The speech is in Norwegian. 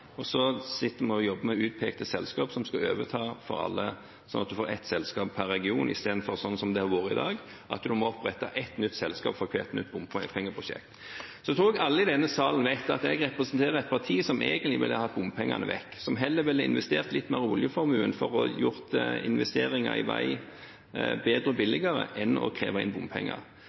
og så sitter vi og jobber med utpekte selskaper som skal overta for alle, slik at en får et selskap per region, istedenfor slik som det har vært til i dag, at en må opprette et nytt selskap for hvert nytt bompengeprosjekt. Så tror jeg alle i denne salen vet at jeg representerer et parti som egentlig vil ha bompengene vekk, og som heller ville investert litt mer av oljeformuen for å gjøre investeringer i vei bedre og billigere enn ved å kreve inn bompenger.